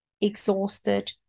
exhausted